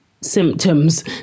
symptoms